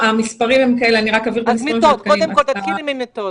תתחילי ממיטות,